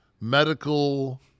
medical